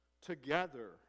together